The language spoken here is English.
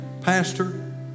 Pastor